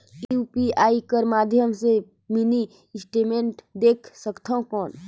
UPI कर माध्यम से मिनी स्टेटमेंट देख सकथव कौन?